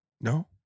No